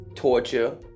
Torture